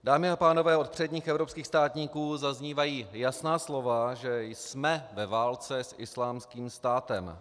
Dámy a pánové, od předních evropských státníků zaznívají jasná slova, že jsme ve válce s Islámským státem.